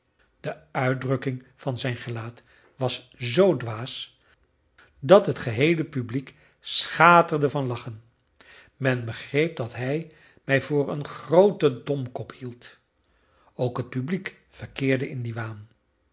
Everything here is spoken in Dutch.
de uitdrukking van zijn gelaat was zoo dwaas dat het geheele publiek schaterde van lachen men begreep dat hij mij voor een grooten domkop hield ook het publiek verkeerde in dien waan